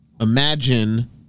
Imagine